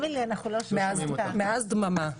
מאז דממה.